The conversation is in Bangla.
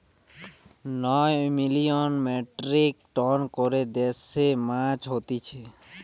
নয় মিলিয়ান মেট্রিক টন করে দেশে মাছ হতিছে